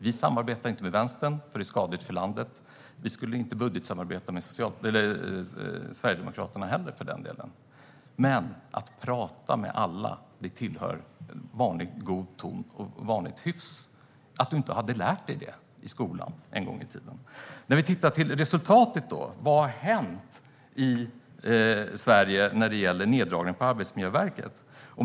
Vi samarbetar inte med Vänstern, för det är skadligt för landet, och vi skulle inte heller budgetsamarbeta med Sverigedemokraterna. Men att tala med alla tillhör vanlig god ton och vanligt hyfs. Att du inte fick lära dig det i skolan en gång i tiden! Låt oss se på resultatet. Vad har hänt i Sverige när det gäller neddragningarna på Arbetsmiljöverket?